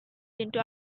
into